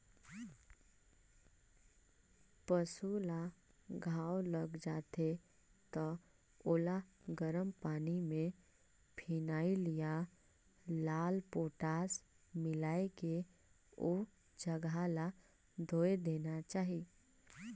पसु ल घांव लग जाथे त ओला गरम पानी में फिनाइल या लाल पोटास मिलायके ओ जघा ल धोय देना चाही